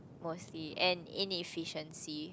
mostly and inefficiency